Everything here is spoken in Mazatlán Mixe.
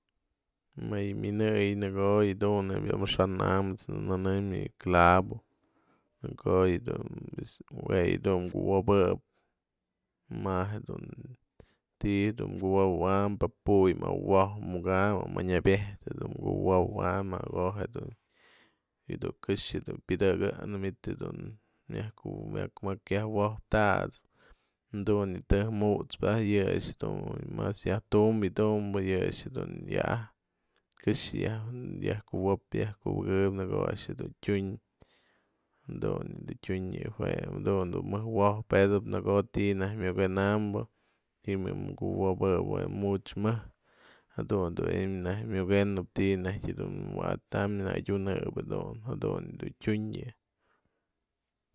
Më yë minëyen në ko'o yë dun nebya amaxa'an am ejt's dun nënëm yë clavo, në ko'o yë dun pues jue yë dun pues jue yë dun mkuwopëp ma'a jedun ti'i dun mkuwopëwa'am pa'a puy mawo'ojmukam o anyabyejtë dun mkuwopëwaym në ko'o dun këxë pyëdëkëknë manyt du myaj yajwo'op tat'sëp, dun yë tejk mut'spë a'ax yë a'ax dun mas yajtum yëdumbë yë a'ax dun wyap këxë yaj mkuwop yaj kubëkëp në ko'o a'ax dun tyun jadun yë dun tyun yë jue, jadun dun mëjwojpedëp në ko'o ti'inaj myokjenambë ji'im yë mkuwopëp më yë much mëjkë jadun du naj miojenëp ti'i najk tu wa'atam në adyunëjedun jadun dun tyun yë.